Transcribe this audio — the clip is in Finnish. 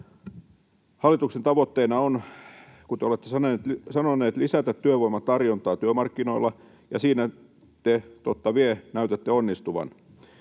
Hallituksen tavoitteena on, kuten te olette sanoneet, lisätä työvoiman tarjontaa työmarkkinoilla, ja siinä te totta vie näytätte onnistuvan.